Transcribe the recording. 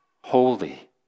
holy